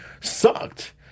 sucked